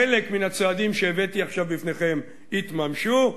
חלק מן הצעדים שהבאתי עכשיו בפניכם יתממשו,